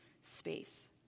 space